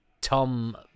Tom